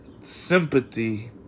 sympathy